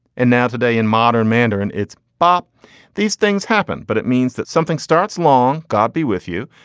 and now today in modern mandarin, it's bop these things happen, but it means that something starts long gobby with you.